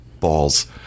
balls